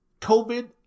COVID